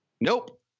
Nope